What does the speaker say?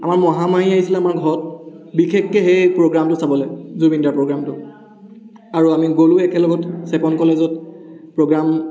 আমাৰ মহা মাহী আহিছিলে আমাৰ ঘৰত বিশেষকৈ সেই প্ৰগ্ৰামটো চাবলৈ জুবিনদাৰ প্ৰগ্ৰামটো আৰু আমি গ'লোঁ একেলগত চেপন কলেজত প্ৰ'গ্ৰাম